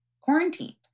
quarantined